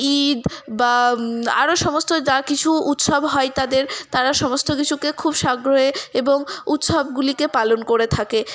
ঈদ বা আরও সমস্ত যা কিছু উৎসব হয় তাদের তারা সমস্ত কিছুকে খুব সাগ্রহে এবং উৎসবগুলিকে পালন করে থাকে